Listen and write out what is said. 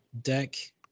deck